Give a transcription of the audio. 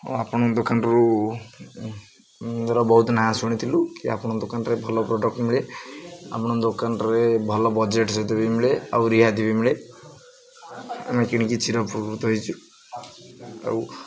ହଁ ଆପଣଙ୍କ ଦୋକାନରୁ ର ବହୁତ ନାଁ ଶୁଣିଥିଲୁ କି ଆପଣଙ୍କ ଦୋକାନରେ ଭଲ ପ୍ରଡ଼କ୍ଟ ମିଳେ ଆପଣଙ୍କ ଦୋକାନରେ ଭଲ ବଜେଟ ସହିତ ବି ମିଳେ ଆଉ ରିହାତି ବି ମିଳେ ଆମେ କିଣିକି ଚିରପକୃତ ହେଇଛୁ ଆଉ